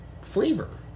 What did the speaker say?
flavor